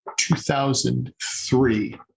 2003